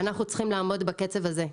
אנחנו צריכים לעמוד בקצב הזה.